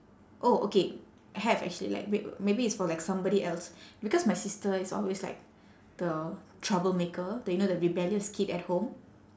oh okay have actually like m~ maybe it's for like somebody else because my sister is always like the troublemaker the you know the rebellious kid at home